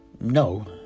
no